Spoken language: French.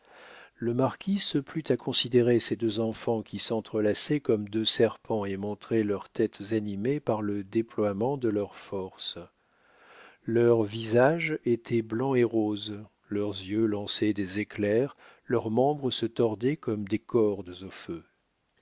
le marquis se plut à considérer ses deux enfants qui s'entrelaçaient comme deux serpents et montraient leurs têtes animées par le déploiement de leurs forces leurs visages étaient blancs et roses leurs yeux lançaient des éclairs leurs membres se tordaient comme des cordes au feu